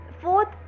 Fourth